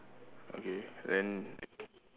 okay then